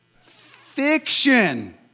Fiction